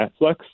Netflix